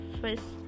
first